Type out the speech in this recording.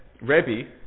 Rebbe